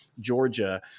Georgia